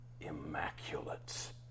immaculate